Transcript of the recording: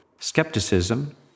skepticism